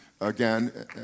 again